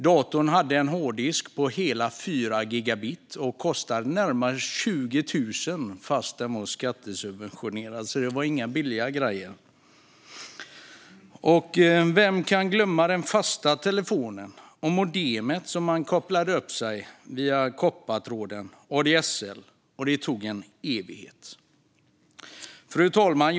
Datorn hade en hårddisk med hela 4 gigabyte och kostade, trots att den var skattesubventionerad, närmare 20 000. Det var inga billiga grejer. Vem kan glömma den fasta telefonen och modemet med vilket man kopplade upp sig via kopparnäten, ADSL? Och det tog en evighet. Fru talman!